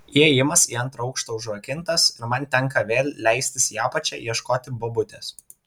įėjimas į antrą aukštą užrakintas ir man tenka vėl leistis į apačią ieškoti bobutės